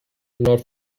not